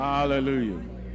Hallelujah